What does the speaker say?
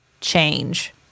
change